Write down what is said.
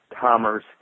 commerce